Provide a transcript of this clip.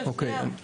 שנייה.